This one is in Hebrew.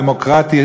הדמוקרטי,